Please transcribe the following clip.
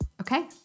Okay